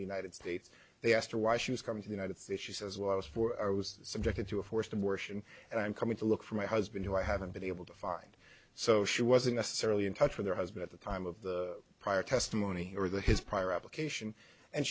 the united states they asked her why she was coming to the united states she says well i was for i was subjected to a forced abortion and i'm coming to look for my husband who i haven't been able to find so she wasn't necessarily in touch with there has been at the time of the prior testimony or the his prior application and